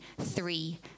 three